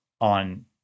on